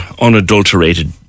unadulterated